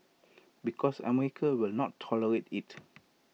because America will not tolerate IT